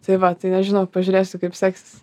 tai va nežinau pažiūrėsiu kaip seksis